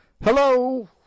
Hello